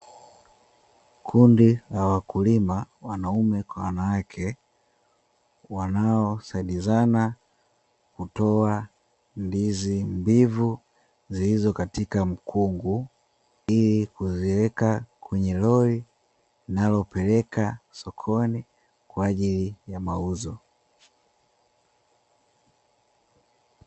Kundi la wakulima wanaume kwa wanawake, wanaosaidizana kutoa ndizi mbivu zilizo katika mkungu, ili kuziweka kwenye lori linalopeleka sokoni kwa ajili ya mauzo.